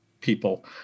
people